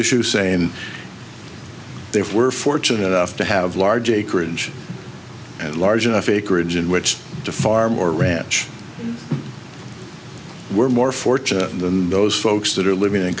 issue saying they were fortunate enough to have large acreage and large enough acreage in which to farm or ranch were more fortunate than those folks that are living in